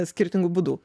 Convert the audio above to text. skirtingų būdų